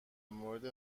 مورد